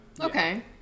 Okay